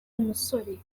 umusore